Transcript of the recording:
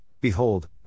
behold